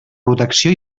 protecció